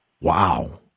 Wow